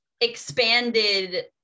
expanded